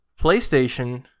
Playstation